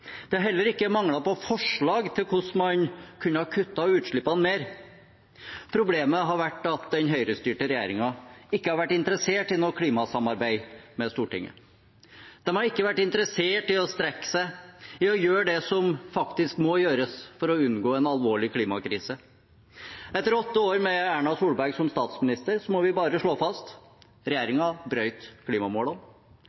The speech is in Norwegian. Det har heller ikke manglet på forslag til hvordan man kunne ha kuttet utslippene mer. Problemet har vært at den høyrestyrte regjeringen ikke har vært interessert i noe klimasamarbeid med Stortinget. De har ikke vært interessert i å strekke seg for å gjøre det som faktisk må gjøres for å unngå en alvorlig klimakrise. Etter åtte år med Erna Solberg som statsminister må vi bare slå fast